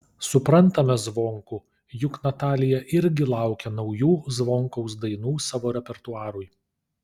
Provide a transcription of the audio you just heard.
suprantame zvonkų juk natalija irgi laukia naujų zvonkaus dainų savo repertuarui